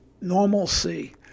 normalcy